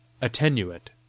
attenuate